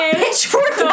pitchfork